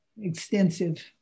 extensive